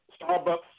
Starbucks